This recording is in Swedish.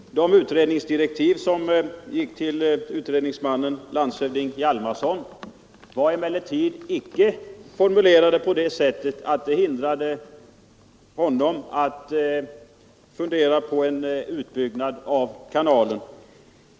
Herr talman! De utredningsdirektiv som gick till utredningsmannen, landshövding Hjalmarson, var icke formulerade på det sättet att de hindrade honom från att fundera på en utbyggnad av kanalen.